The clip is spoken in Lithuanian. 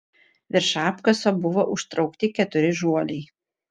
virš apkaso buvo užtraukti keturi žuoliai